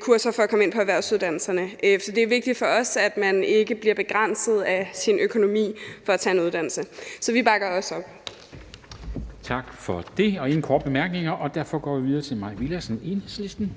kurser for at komme ind på erhvervsuddannelserne. Det er vigtigt for os, at man ikke bliver begrænset af sin økonomi, når man vil tage en uddannelse. Så vi bakker også op. Kl. 14:27 Formanden (Henrik Dam Kristensen): Tak for det. Der er ingen korte bemærkninger, og derfor går vi videre til Mai Villadsen, Enhedslisten.